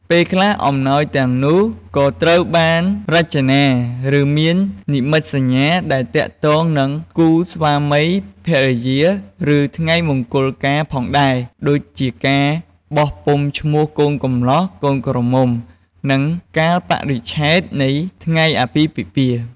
ពេលខ្លះ អំណោយទាំងនោះក៏ត្រូវបានរចនា ឬមាននិមិត្តសញ្ញាដែលទាក់ទងនឹងគូស្វាមីភរិយា ឬថ្ងៃមង្គលការផងដែរ ដូចជាមានបោះពុម្ពឈ្មោះកូនកំលោះ កូនក្រមុំ និងកាលបរិច្ឆេទនៃថ្ងៃអាពាហ៍ពិពាហ៍។